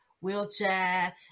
wheelchair